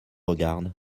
regarde